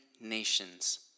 nations